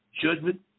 judgment